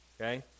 okay